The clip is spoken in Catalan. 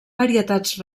varietats